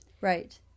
Right